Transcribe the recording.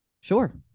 sure